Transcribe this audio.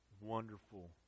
wonderful